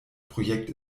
projekt